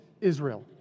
Israel